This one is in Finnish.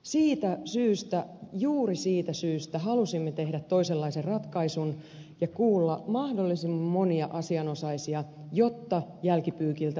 siitä syystä juuri siitä syystä halusimme tehdä toisenlaisen ratkaisun ja kuulla mahdollisimman monia asianosaisia jotta jälkipyykiltä vältyttäisiin